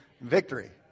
Victory